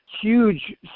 huge